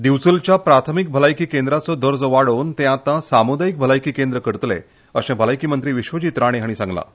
दिवचलच्या प्राथमिक भलायकी केंद्राचो दर्जो वाडोवन तें आतां सामुदायीक भलायकी केंद्र करतले अशें भलायकी मंत्री विश्वजीत राणे हांणी सांगलां